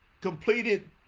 completed